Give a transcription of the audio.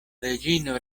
reĝino